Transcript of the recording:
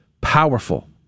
powerful